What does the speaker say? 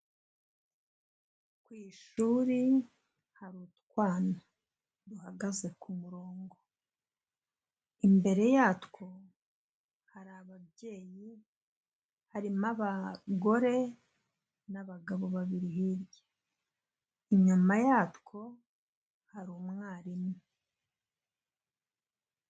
Ku ishuri hari utwana duhagaze ku murongo, imbere yatwo hari ababyeyi harimo abagore n'abagabo babiri hirya, inyuma yatwo hari umwarimu.